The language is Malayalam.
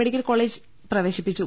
മെഡിക്കൽ കോളജിൽ പ്രവേശിപ്പിച്ചു